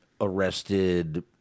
arrested